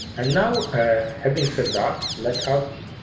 and now having said that let us